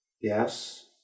Yes